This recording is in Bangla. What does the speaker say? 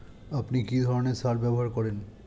আপনি কী ধরনের সার ব্যবহার করেন?